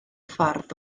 ffordd